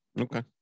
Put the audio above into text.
Okay